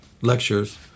lectures